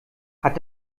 hat